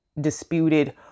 disputed